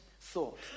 thought